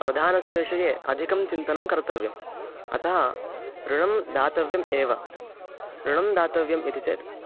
प्रधानस्य विषये अधिकं चिन्तनं कर्तव्यम् अतः ऋणं दातव्यम् एव ऋणं दातव्यम् इति चेत्